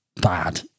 bad